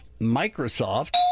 Microsoft